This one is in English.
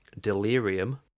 Delirium